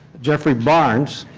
jeffrey barnes